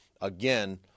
again